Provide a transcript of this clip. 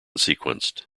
sequenced